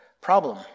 problem